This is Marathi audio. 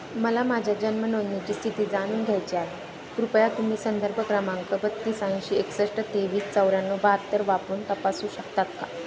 मला माझ्या जन्म नोंदणीची स्थिती जाणून घ्यायची आहे कृपया तुम्ही संदर्भ क्रमांक बत्तीस ऐंशी एकसष्ट तेवीस चौऱ्याण्णव बहात्तर वापरून तपासू शकता का